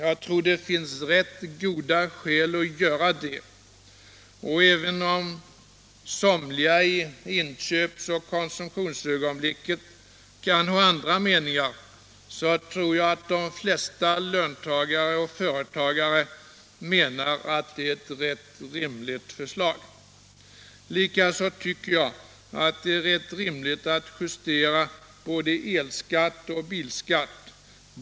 Jag tror att det finns rätt goda skäl att göra det, och även om somliga i inköpsoch konsumtionsögonblicket kan ha andra meningar så tror jag att de flesta löntagare och företagare menar att det är ett rätt rimligt förslag. Likaså tycker jag det är rätt rimligt att justera både elskatt och bilskatt.